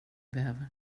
behöver